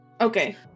Okay